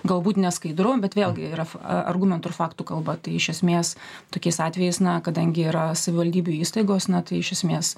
galbūt neskaidru bet vėlgi yra argumentų ir faktų kalba tai iš esmės tokiais atvejais na kadangi yra savivaldybių įstaigos na tai iš esmės